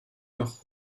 nach